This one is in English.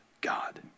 God